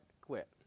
quit